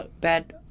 bad